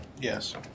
Yes